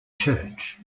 church